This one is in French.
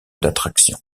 d’attractions